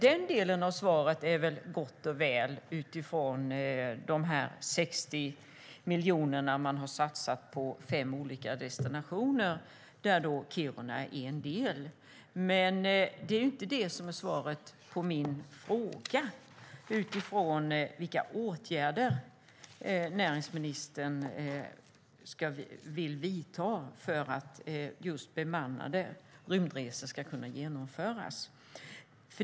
Den delen av svaret är gott och väl, att man har satsat 60 miljoner på fem olika destinationer och där Kiruna är en del. Men det är inte svaret på min fråga om vilka åtgärder näringsministern vill vidta för att bemannade rymdresor ska kunna genomföras.